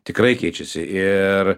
tikrai keičiasi ir